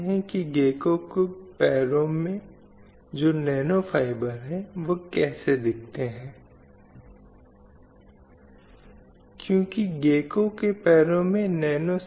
हमारे अपने कानूनी ढांचे के साथ जो पुराना था और जो उस आधार को स्थापित करने के लिए आया था जिस पर देश के लोगों के अधिकारों को सुरक्षित करना था